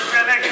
התשע"ד 2014,